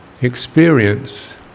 experience